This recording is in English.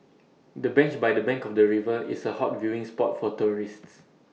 the bench by the bank of the river is A hot viewing spot for tourists